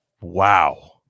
Wow